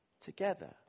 together